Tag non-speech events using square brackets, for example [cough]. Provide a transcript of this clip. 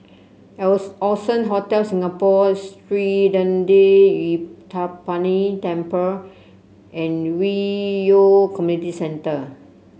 [unintelligible] Allson Hotel Singapore Sri Thendayuthapani Temple and Hwi Yoh Community Centre